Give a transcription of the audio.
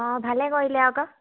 অঁ ভালেই কৰিলে আকৌ